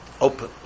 Open